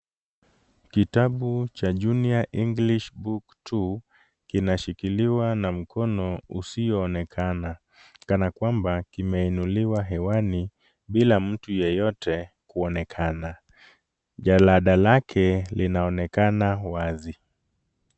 Kitabu cha Junior english book two kinashikiliwa na mkono usioonekana kana kwamba kimeinuliwa hewani bila mtu yeyote kuonekana. Jalada lake linaonekana wazi.